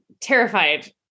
terrified